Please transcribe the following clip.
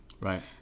Right